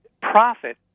profit